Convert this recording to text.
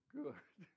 good